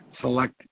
select